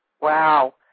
Wow